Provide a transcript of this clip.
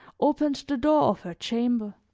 opened the door of her chamber.